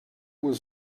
was